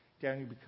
Daniel